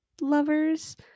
lovers